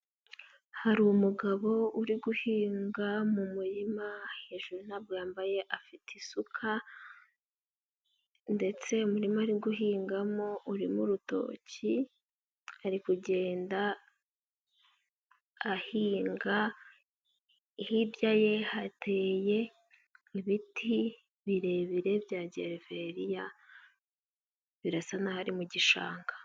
Hari umugabo uri guhinga mu murima hejuru ntabwo yambaye afite isuka ndetse umurima ari guhingamo urimo urutoki, ari kugenda ahinga, hirya ye hateye ibiti birebire bya geveriya birasa naho ari mu gishanga.